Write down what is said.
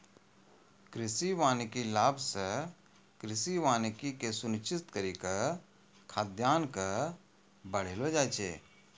कृषि वानिकी लाभ से कृषि वानिकी के सुनिश्रित करी के खाद्यान्न के बड़ैलो जाय छै